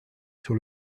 sur